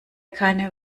keine